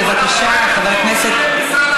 בבקשה, חבר הכנסת,